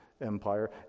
empire